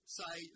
say